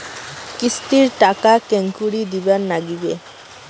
কিস্তির টাকা কেঙ্গকরি দিবার নাগীবে?